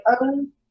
own